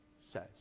says